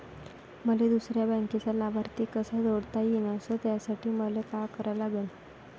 मले दुसऱ्या बँकेचा लाभार्थी कसा जोडता येईन, अस त्यासाठी मले का करा लागन?